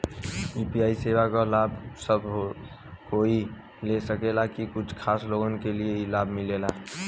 UPI सेवा क लाभ सब कोई ले सकेला की कुछ खास लोगन के ई लाभ मिलेला?